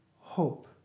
hope